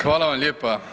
Hvala vam lijepa.